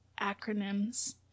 acronyms